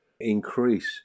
increase